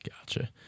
Gotcha